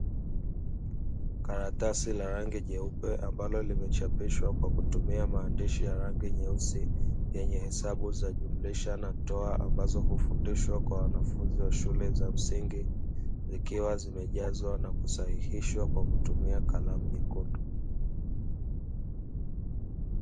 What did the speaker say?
Karatasi la rangi nyeupe ambalo limechapishwa kwa kutumia maandishi ya rangi nyeusi yenye hesabu za jumlisha na toa, ambazo hufundishwa kwa wanafunzi wa shule za msingi zikiwa zimejazwa na kusahihishwa kwa kutumia kalamu nyekundu.